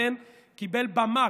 קיבל במה.